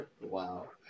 wow